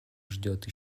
ждет